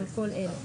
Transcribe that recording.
על כל אלה,